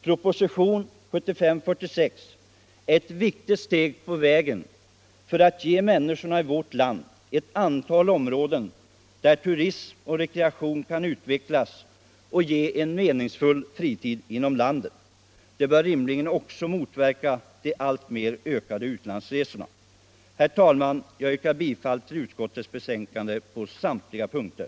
Proposition 1975:46 är ett viktigt steg på vägen för att ge människorna i vårt land ett antal områden där turism och rekreation kan utvecklas och ge meningsfull fritid inom landet. Det bör rimligen också motverka de alltmer ökande utlandsresorna. Herr talman! Jag yrkar bifall till utskottets hemställan på samtliga punkter.